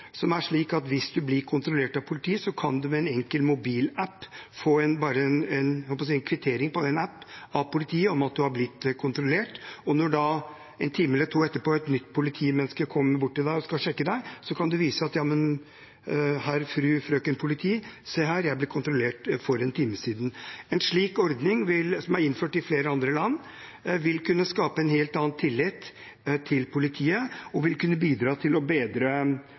enkel mobilapp bare få en kvittering på appen av politiet på at man har blitt kontrollert, og når da en time eller to etterpå et nytt politimenneske kommer bort og skal sjekke en, kan man vise den: Jammen, herr/fru/frøken politi, se her, jeg ble kontrollert for en time siden. En slik ordning, som er innført i flere andre land, vil kunne skape en helt annen tillit til politiet og vil kunne bidra til å bedre